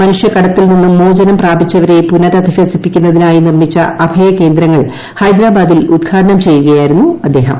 മനുഷ്യകടത്തിൽ നിന്നും മോചനം പ്രാപിച്ചവരെ പുനരധിവസിപ്പിക്കുന്നതിനായ് നിർമ്മിച്ച അഭയകേന്ദ്രങ്ങൾ ഹൈദരാബാദിൽ ഉദ്ഘാടനം ചെയ്യുകയായിരുന്നു അദ്ദേഹം